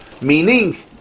Meaning